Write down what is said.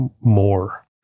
more